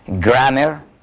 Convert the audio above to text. grammar